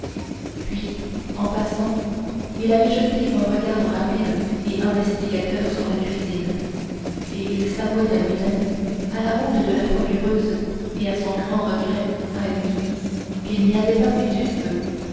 puis en passant il avait jeté un regard rapide et investigateur sur la cuisine et il s'avouait à lui-même à la honte de la procureuse et à son grand regret à lui qu'il n'y avait pas vu ce feu